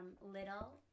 little